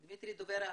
דמיטרי הדובר האחרון,